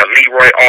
Leroy